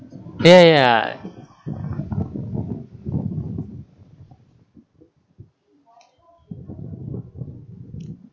ya ya